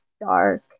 dark